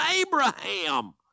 Abraham